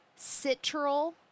Citral